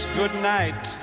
goodnight